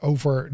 Over